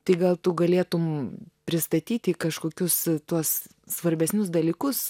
tai gal tu galėtum pristatyti kažkokius tuos svarbesnius dalykus